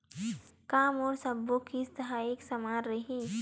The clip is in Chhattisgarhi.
का मोर सबो किस्त ह एक समान रहि?